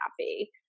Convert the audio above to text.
happy